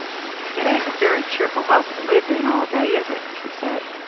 it ain't a very cheerful house to live in all day, is it? he said.